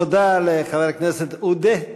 תודה לחבר הכנסת, עוּדֵה?